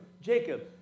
Jacob